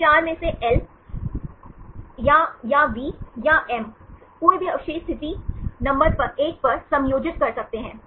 इन 4 में से L या I या V या M कोई भी अवशेष स्थिति नंबर एक पर समायोजित कर सकते हैं